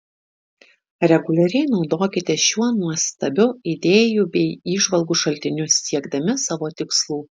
reguliariai naudokitės šiuo nuostabiu idėjų bei įžvalgų šaltiniu siekdami savo tikslų